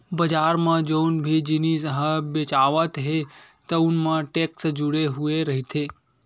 बजार म जउन भी जिनिस ह बेचावत हे तउन म टेक्स जुड़े हुए रहिथे